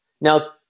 Now